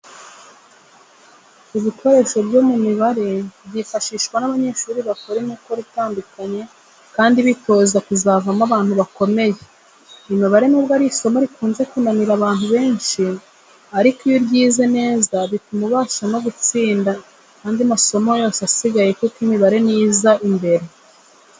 Ibikoresho byo mu mibare byifashishwa n'abanyeshuri bakora imikoro itandikanye kandi bitoza kuzavamo abantu bakomeye. Imibare nubwo ari isomo rikunze kunanira abantu benshi ariko iyo uryize neza bituma ubasha no gutsinda andi masomo yose asigaye kuko imibare niyo iza imbere.